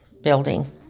building